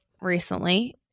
recently